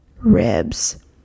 ribs